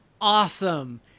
awesome